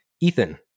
Ethan